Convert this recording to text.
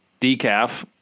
decaf